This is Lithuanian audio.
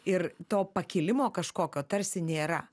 ir to pakilimo kažkokio tarsi nėra